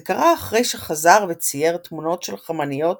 זה קרה אחרי שחזר וצייר תמונות של חמניות,